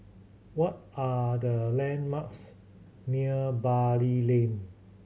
what are the landmarks near Bali Lane